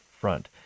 front